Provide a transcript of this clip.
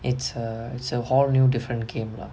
it's a it's a whole new different thing lah